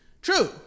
True